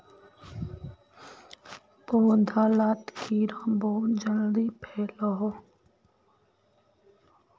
पौधा लात कीड़ा बहुत जल्दी फैलोह